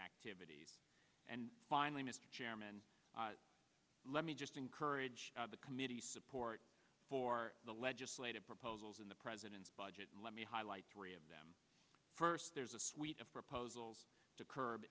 activities and finally mr chairman let me just encourage the committee support for the legislative proposals in the present budget let me highlight three of them first there's a suite of proposals to curb